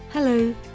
Hello